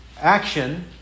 action